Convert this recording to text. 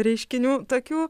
reiškinių tokių